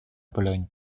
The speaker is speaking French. pologne